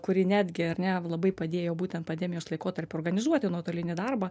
kuri netgi ar ne labai padėjo būtent pandemijos laikotarpiu organizuoti nuotolinį darbą